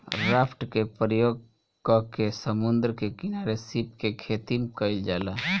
raft के प्रयोग क के समुंद्र के किनारे सीप के खेतीम कईल जाला